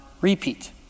repeat